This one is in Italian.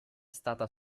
stata